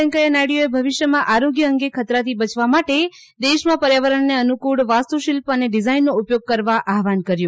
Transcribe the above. વૈંકયા નાયડુએ ભવિષ્યમાં આરોગ્ય અંગે ખતરાથી બચવા માટે દેશમાં પર્યાવરણને અનુક્રળ વાસ્તુશિલ્પ અને ડિઝાઇનનો ઉપયોગ કરવા આહવાન કર્યું